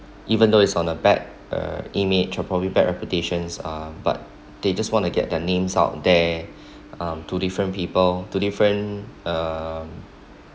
even though it's on the back uh image or probably bad reputation uh but they just want to get their names out there um two different people to different uh